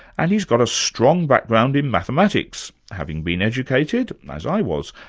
and he's got a strong background in mathematics, having been educated, as i was,